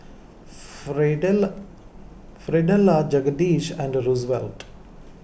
Fidelia Fidelia Jedediah and Rosevelt